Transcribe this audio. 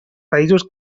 països